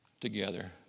together